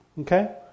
Okay